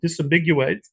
disambiguate